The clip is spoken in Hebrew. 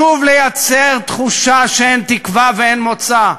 שוב לייצר תחושה שאין תקווה ואין מוצא,